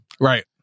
Right